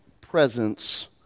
presence